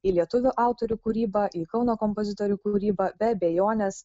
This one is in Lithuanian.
į lietuvių autorių kūrybą į kauno kompozitorių kūrybą be abejonės